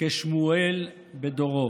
כשמואל בדורו.